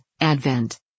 Advent